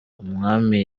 umwami